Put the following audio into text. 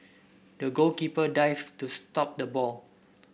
the goalkeeper dived to stop the ball